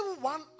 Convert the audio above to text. one